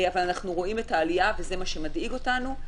אבל אנחנו רואים את העלייה, וזה מה שמדאיג אותנו.